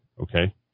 okay